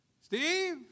Steve